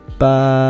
Bye